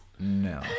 no